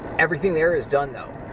everything there is done though.